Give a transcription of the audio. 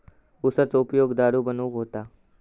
उसाचो उपयोग दारू बनवूक होता